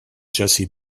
jessie